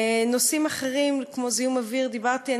על נושאים אחרים כמו זיהום אוויר דיברתי.